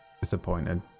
Disappointed